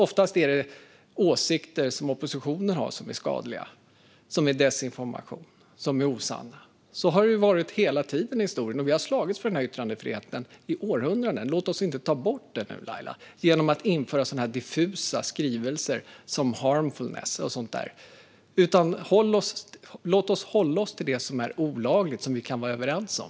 Oftast är det åsikter som oppositionen har som är skadliga, som är desinformation och som är osanna. Så har det varit hela tiden i historien. Vi har slagits för yttrandefriheten i århundraden. Låt oss inte ta bort den nu, Laila, genom att införa diffusa skrivningar om harmful och sådant! Låt oss hålla oss till det som är olagligt, som vi kan vara överens om.